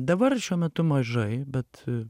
dabar šiuo metu mažai bet